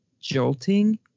jolting